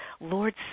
Lord